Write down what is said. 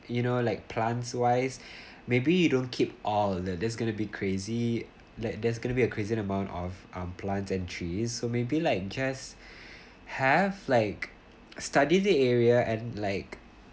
you know like plants wise maybe you don't keep all that's going to be crazy like there's gonna be a crazy amount of um plants and trees so maybe like just have like study the area and like